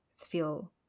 feel